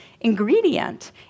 ingredient